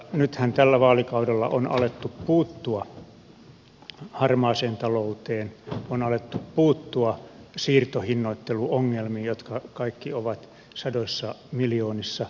nythän tällä vaalikaudella on alettu puuttua harmaaseen talouteen on alettu puuttua siirtohinnoitteluongelmiin jotka kaikki ovat sadoissa miljoonissa